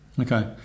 Okay